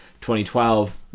2012